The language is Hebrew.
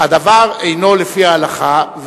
הדבר אינו לפי ההלכה,